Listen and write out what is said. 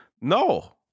No